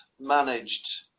managed